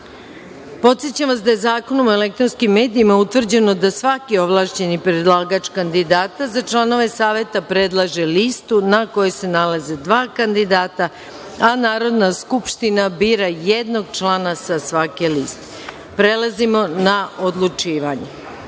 vas, da je Zakonom o elektronskim medijima utvrđeno da svaki ovlašćeni predlagač kandidata za članove Saveta predlaže listu na kojoj se nalaze dva kandidata, a Narodna skupština bira jednog člana sa svake liste. Prelazimo na odlučivanje. Pristupamo